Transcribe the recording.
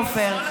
עופר.